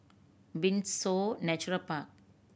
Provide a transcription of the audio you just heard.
Windsor Nature Park